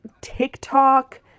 TikTok